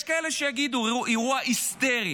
יש כאלה שיגידו, אירוע היסטרי.